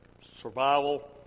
survival